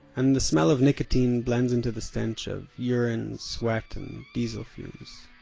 and the smell of nicotine blends into the stench of urine, sweat and diesel fumes